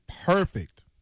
perfect